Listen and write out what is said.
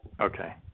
Okay